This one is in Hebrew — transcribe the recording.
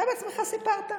אתה בעצמך סיפרת.